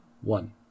one